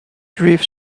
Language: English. grief